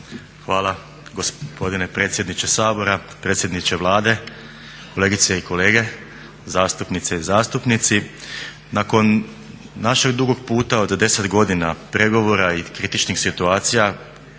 Hvala gospodine predsjedniče Sabora. Predsjedniče Vlade, kolegice i kolege, zastupnice i zastupnici. Nakon našeg dugog puta od 10 godina pregovora i kritičnih situacija,